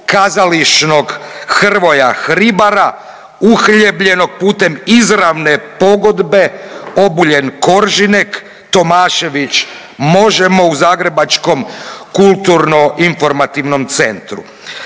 kazališnog Hrvoja Hribara uhljebljenog putem izravne pogodbe Obuljen Koržinek-Tomašević, Možemo, u zagrebačkom Kulturno-informativnom centru.